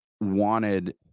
wanted